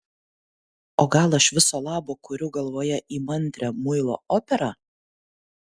o gal aš viso labo kuriu galvoje įmantrią muilo operą